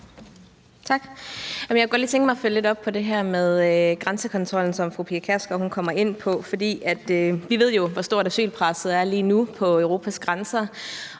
Jeg kunne godt lige tænke mig at følge lidt op på det her med grænsekontrollen, som fru Pia Kjærsgaard kom ind på, for vi ved jo, hvor stort asylpresset er lige nu på Europas grænser,